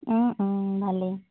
ভালেই